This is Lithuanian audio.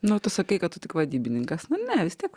nu o tu sakai kad tu tik vadybininkas nu ne vis tiek